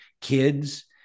kids